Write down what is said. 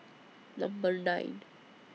Number nine